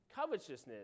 covetousness